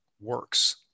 works